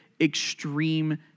extreme